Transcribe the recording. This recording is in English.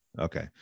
Okay